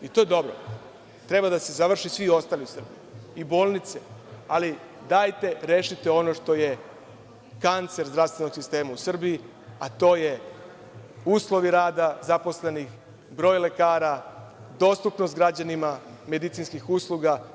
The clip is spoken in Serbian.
I, to je dobro, treba da se završe i svi ostali u Srbiji, i bolnice, ali dajte rešite ono što je kancer zdravstvenog sistema u Srbiji a to je uslovi rada zaposlenih, broj lekara, dostupnost građanima medicinskih usluga.